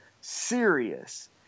serious